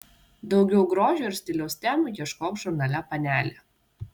daugiau grožio ir stiliaus temų ieškok žurnale panelė